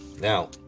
Now